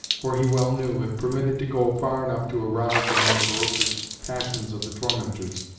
for he well knew, if permitted to go far enough to arouse the more ferocious passions of the tormentors,